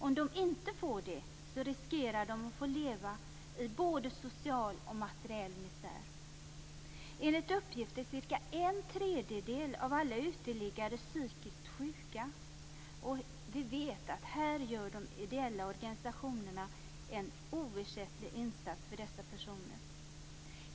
Om de inte får det, riskerar de att få leva i både social och materiell misär. Enligt uppgift är cirka en tredjedel av alla uteliggare psykiskt sjuka, och vi vet att de ideella organisationerna gör en oersättlig insats för dessa personer.